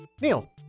Neil